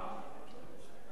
מישהו ניסה פה,